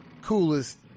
coolest